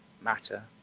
matter